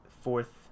fourth